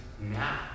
now